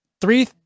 three